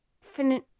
finish